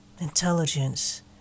intelligence